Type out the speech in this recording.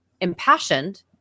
impassioned